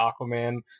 Aquaman